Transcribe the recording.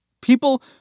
People